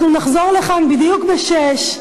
אנחנו נחזור לכאן בדיוק ב-18:00,